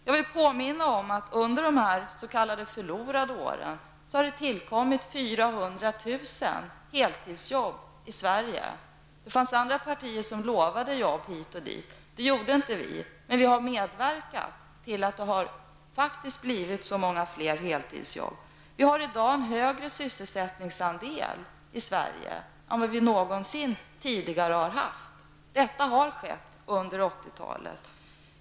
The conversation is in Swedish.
Jag vill påminna om att under dessa s.k. förlorade år har det tillkommit 400 000 heltidsjobb i Sverige. Det fanns andra partier som lovade jobb hit och dit. Det gjorde inte vi, men vi har medverkat till att det faktiskt har blivit så många fler heltidsjobb. Vi har i dag en högre sysselsättningsandel i Sverige än vi någonsin tidigare har haft. Detta har skett under 80-talet.